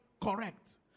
correct